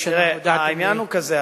העניין הוא כזה.